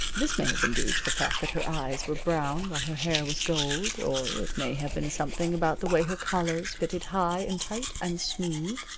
this may have been due to the fact that her eyes were brown while her hair was gold, or it may have been something about the way her collars fitted high, and tight, and smooth,